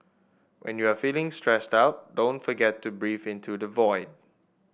when you are feeling stressed out don't forget to breathe into the void